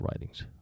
Writings